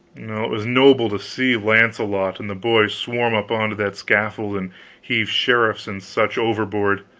well, it was noble to see launcelot and the boys swarm up onto that scaffold and heave sheriffs and such overboard.